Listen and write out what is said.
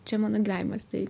čia mano gyvenimas tai